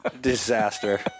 disaster